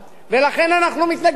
ולכן אנחנו מתנגדים.